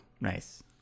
nice